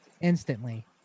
instantly